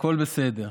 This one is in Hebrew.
הכול בסדר.